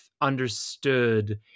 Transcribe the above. understood